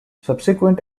subsequent